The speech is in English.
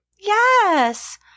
Yes